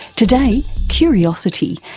today, curiosity,